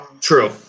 true